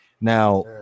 Now